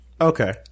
Okay